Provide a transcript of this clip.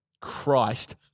Christ